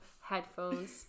headphones